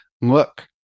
look